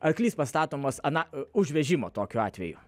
arklys pastatomas ana už vežimo tokiu atveju